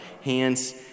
hands